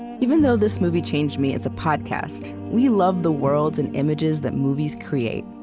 even though this movie changed me is a podcast, we love the worlds and images that movies create.